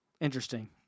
Interesting